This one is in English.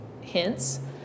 hints